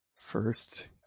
first